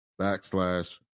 backslash